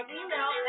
email